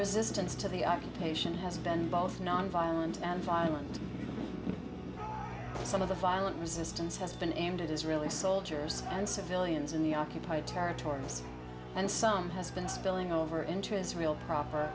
resistance to the occupation has been both nonviolent and violent some of the violent resistance has been aimed at israeli soldiers and civilians in the occupied territories and some has been spilling over into israel proper